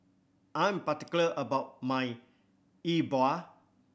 I'm particular about my Yi Bua